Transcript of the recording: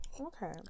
Okay